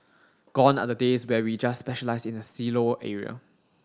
gone are the days where we just specialise in the silo area